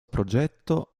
progetto